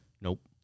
Nope